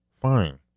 Fine